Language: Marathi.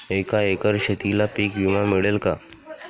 एका एकर शेतीला पीक विमा मिळेल का?